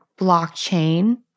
blockchain